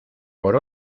por